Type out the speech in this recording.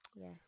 Yes